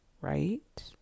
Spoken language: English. right